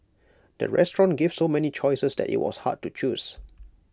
the restaurant gave so many choices that IT was hard to choose